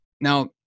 Now